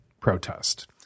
protest